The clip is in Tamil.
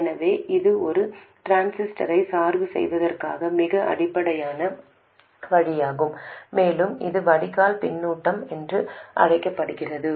எனவே இது ஒரு டிரான்சிஸ்டரை சார்பு செய்வதற்கான மிக அடிப்படையான வழியாகும் மேலும் இது வடிகால் பின்னூட்டம் என்று அழைக்கப்படுகிறது